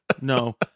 No